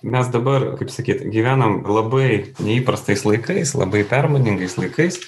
mes dabar kaip sakyt gyvenam labai neįprastais laikais labai permainingais laikais